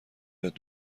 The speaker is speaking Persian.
بهت